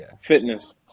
fitness